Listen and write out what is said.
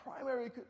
primary